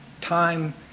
time